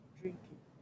drinking